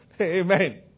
Amen